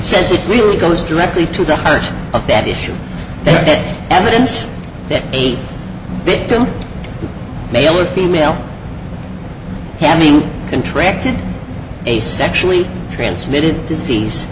says it really goes directly to the heart of that issue that evidence that eight victims male or female having interacted a sexually transmitted disease